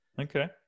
Okay